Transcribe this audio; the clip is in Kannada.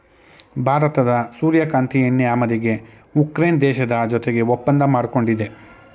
ಭಾರತದ ಸೂರ್ಯಕಾಂತಿ ಎಣ್ಣೆ ಆಮದಿಗೆ ಉಕ್ರೇನ್ ದೇಶದ ಜೊತೆಗೆ ಒಪ್ಪಂದ ಮಾಡ್ಕೊಂಡಿದೆ